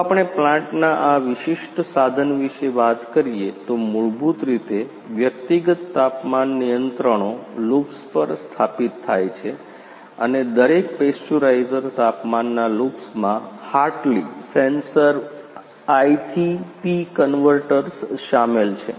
જો આપણે પ્લાન્ટના આ વિશિષ્ટ સાધન વિશે વાત કરીએ તો મૂળભૂત રીતે વ્યક્તિગત તાપમાન નિયંત્રણો લૂપ્સ પર સ્થાપિત થાય છે અને દરેક પેસચ્યુરાઇઝર તાપમાનના લૂપ્સમાં હાર્ટલી સેન્સર I થી P કન્વર્ટર્સ શામેલ છે